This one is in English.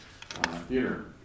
theater